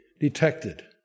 detected